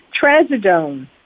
Trazodone